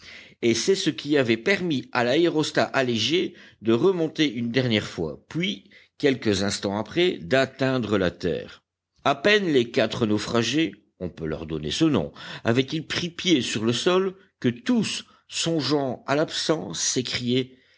et c'est ce qui avait permis à l'aérostat allégé de remonter une dernière fois puis quelques instants après d'atteindre la terre à peine les quatre naufragés on peut leur donner ce nom avaient-ils pris pied sur le sol que tous songeant à l'absent